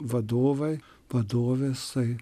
vadovai vadovės tai